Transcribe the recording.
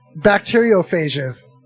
Bacteriophages